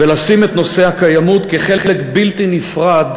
ולשים את נושא הקיימות כחלק בלתי נפרד